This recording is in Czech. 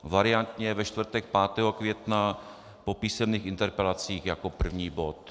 Variantně ve čtvrtek 5. května po písemných interpelacích jako první bod.